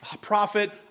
prophet